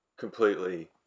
Completely